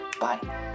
Bye